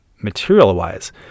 material-wise